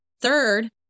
Third